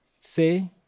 say